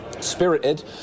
spirited